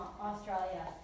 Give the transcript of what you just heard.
Australia